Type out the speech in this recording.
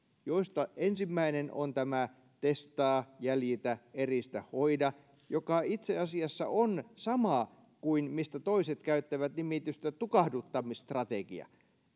joista ensimmäinen on tämä testaa jäljitä eristä hoida joka itse asiassa on sama kuin mistä toiset käyttävät nimitystä tukahduttamisstrategia